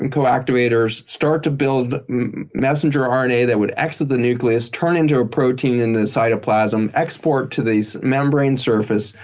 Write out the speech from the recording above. and co-activators, start to build messenger um rna that would exit the nucleus, turn into a protein in the cytoplasm, export to these membranes surface,